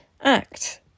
act